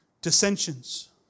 dissensions